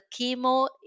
chemo